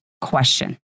question